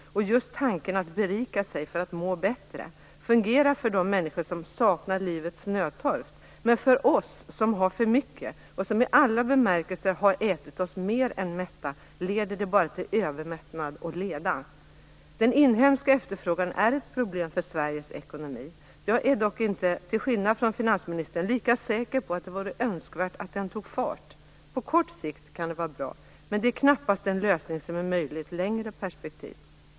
Tanken att berika sig för att må bättre fungerar för de människor som saknar livets nödtorft. Men för oss som har för mycket, och som i alla bemärkelser har ätit oss mer än mätta, leder det bara till övermättnad och leda. Den inhemska efterfrågan är ett problem för Sveriges ekonomi. Jag är dock inte lika säker som finansministern på att det vore önskvärt att den tog fart. På kort sikt kan det vara bra, men det är knappast en lösning som är möjlig i ett längre perspektiv.